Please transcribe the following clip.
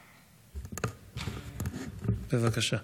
בבקשה.